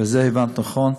וזה הבנת נכון,